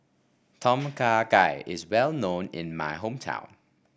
Tom Kha Gai is well known in my hometown